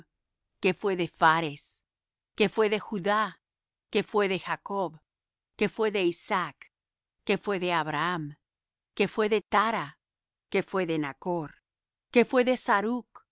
que fué de phares que fué de judá que fué de jacob que fué de isaac que fué de abraham que fué de thara que fué de nachr que fué